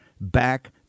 Back